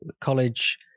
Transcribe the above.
college